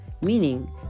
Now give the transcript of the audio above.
Meaning